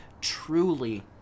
truly